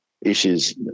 issues